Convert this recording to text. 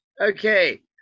Okay